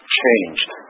changed